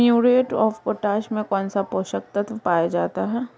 Muriate of potash में कौन सा पोषक तत्व पाया जाता है?